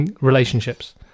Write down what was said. relationships